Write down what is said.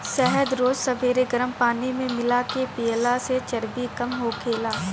शहद रोज सबेरे गरम पानी में मिला के पियला से चर्बी कम होखेला